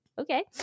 okay